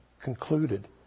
concluded